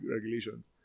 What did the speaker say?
regulations